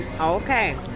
okay